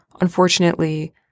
unfortunately